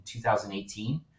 2018